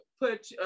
put